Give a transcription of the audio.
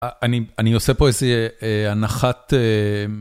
אני אני עושה פה איזה הנחת...